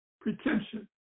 pretension